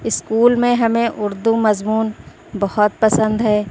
school میں ہمیں اردو مضمون بہت پسند ہے